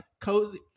Cozy